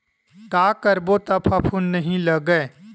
का करबो त फफूंद नहीं लगय?